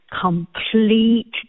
complete